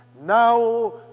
Now